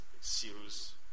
seals